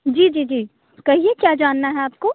जी जी जी कहिए क्या जानना है आपको